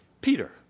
Peter